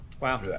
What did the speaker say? Wow